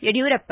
Yediyurappa